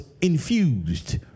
infused